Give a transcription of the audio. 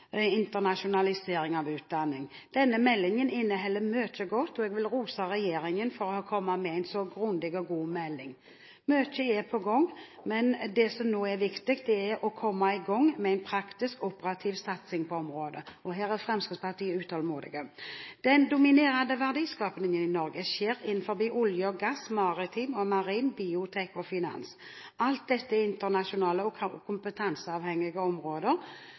Internasjonalisering av utdanning. Denne meldingen inneholder mye godt, og jeg vil rose regjeringen for å ha kommet med en så grundig og god melding. Mye er på gang, men det som nå er viktig, er å komme i gang med en praktisk, operativ satsing på området. Her er Fremskrittspartiet utålmodig. Den dominerende verdiskapingen i Norge skjer innenfor områdene olje og gass, maritim og marin, biotek og finans. Alt dette er internasjonale og kompetanseavhengige områder.